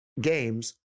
games